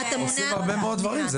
עושים הרבה מאוד דברים.